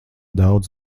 daudz